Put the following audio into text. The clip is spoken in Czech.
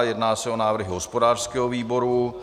Jedná se o návrhy hospodářského výboru.